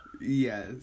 Yes